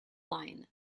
line